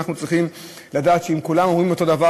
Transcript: אנחנו צריכים לדעת שאם כולם אומרים אותו דבר,